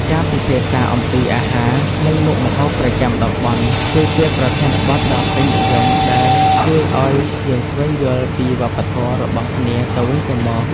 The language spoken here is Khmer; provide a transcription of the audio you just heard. ការពិភាក្សាអំពីអាហារ និងមុខម្ហូបប្រចាំតំបន់ គឺជាប្រធានបទដ៏ពេញនិយមដែលជួយឱ្យយើងស្វែងយល់ពីវប្បធម៌របស់គ្នាទៅវិញទៅមក។